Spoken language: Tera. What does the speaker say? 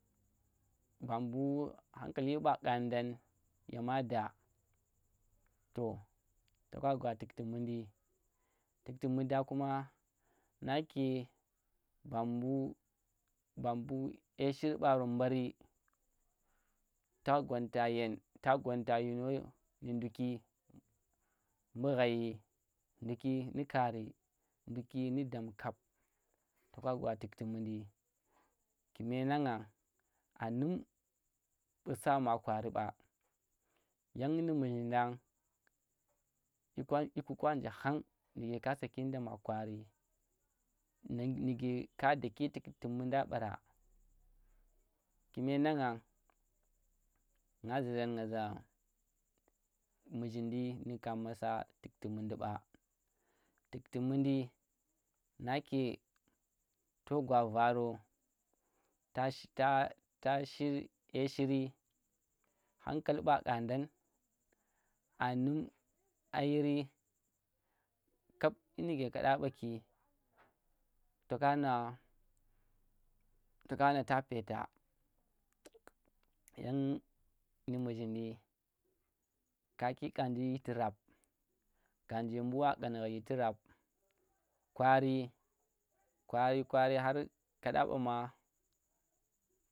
Ba mbu hankali ɓa ƙandang yema da to to ka gwa tukti mundi tukti munda kuma nake ba bu ba mbu eshiri ɓaro mbari, ta gwanta yen ta gwanta yino ndi dukki bu ghai nduki nu kari nduki nu dam kap toh ka gwa bukti mundi kume nanga anum busa maa kwari ba yan nu muzhinda yiku yikukanje hang nike ka sakinda ma kwari nuke ka daki tukti munda para kume nangua nga zuran nga za muzhindi nika masa tukti mundi ɓa tukti nake to gwa varo tas- ta- tashi ye shiri varo ta tashi tashi ye shiri hankal ba kandang a numa yiri kab yinki kada baki tuka nga tuka nga ta peeta yan nu muzhindi kaki kandi yiti rab ganje mu wa kangha yiti rab kwari kwari har ka ɗa mɓa ma